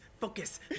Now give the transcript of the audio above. focus